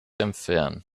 entfernen